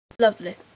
Lovely